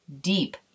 deep